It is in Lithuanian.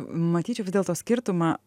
matyčiau vis dėlto skirtumą